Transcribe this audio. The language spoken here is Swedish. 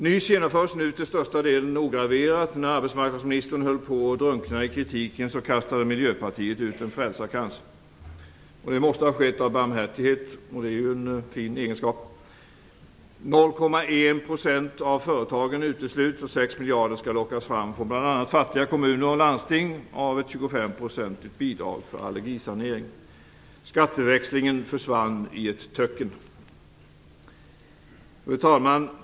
NYS genomförs nu till största delen ograverat. När arbetsmarknadsministern höll på att drunkna i kritiken kastade Miljöpartiet ut en frälsarkrans. Det måste ha skett av barmhärtighet - och det är ju en fin egenskap. 0,1 % av företagen utesluts, och 6 miljarder skall lockas fram från bl.a. fattiga kommuner och landsting av ett 25-procentigt bidrag för allergisanering. Skatteväxlingen försvann i ett töcken. Fru talman!